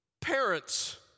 parents